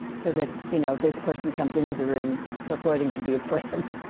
so that you know, this person comes into the room purporting to be a friend.